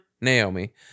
Naomi